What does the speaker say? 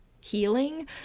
healing